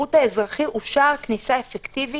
השירות האזרחי הוא שער כניסה אפקטיבי